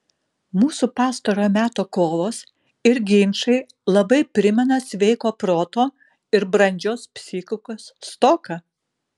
mūsų pastarojo meto kovos ir ginčai labai primena sveiko proto ir brandžios psichikos stoką